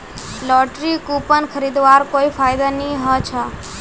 lottery coupon खरीदवार कोई फायदा नी ह छ